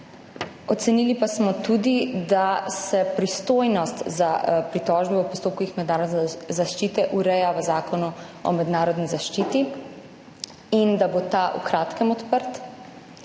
Ocenili pa smo tudi, da se pristojnost za pritožbe v postopkih mednarodne zaščite ureja v Zakonu o mednarodni zaščiti in da bo ta v kratkem odprt.